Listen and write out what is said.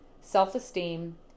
self-esteem